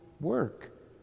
work